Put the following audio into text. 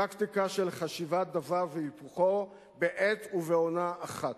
טקטיקה של חשיבת דבר והיפוכו בעת ובעונה אחת,